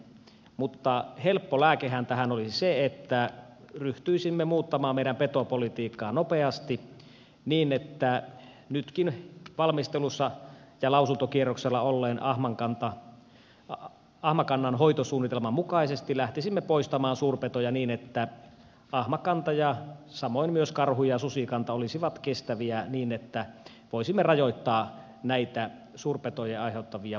mutta helppo lääkehän tähän olisi se että ryhtyisimme muuttamaan meidän petopolitiikkaamme nopeasti niin että nytkin valmistelussa ja lausuntokierroksella olleen ahmakannan hoitosuunnitelman mukaisesti lähtisimme poistamaan suurpetoja niin että ahmakanta samoin kuin myös karhu ja susikanta olisivat kestäviä niin että voisimme rajoittaa näitä suurpetojen aiheuttamia vahinkoja